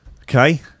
Okay